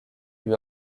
lui